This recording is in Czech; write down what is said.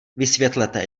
vysvětlete